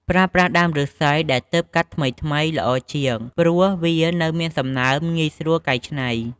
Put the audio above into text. ប្រើប្រាស់ដើមឫស្សីដែលទើបកាត់ថ្មីៗល្អជាង ព្រោះវានៅមានសំណើមងាយស្រួលកែច្នៃ។